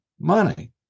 money